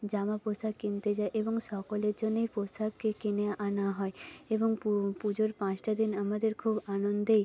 জামা পোশাক কিনতে যাই এবং সকলের জন্যেই পোশাক কিনে আনা হয় এবং পুজোর পাঁচটা দিন আমাদের খুব আনন্দেই